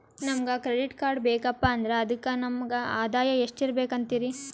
ನಮಗ credit card ಬೇಕಪ್ಪ ಅಂದ್ರ ಅದಕ್ಕ ನಮಗ ಆದಾಯ ಎಷ್ಟಿರಬಕು ಅಂತೀರಿ?